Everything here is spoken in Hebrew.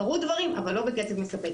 קרו דברים אבל לא בקצב מספק.